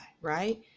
right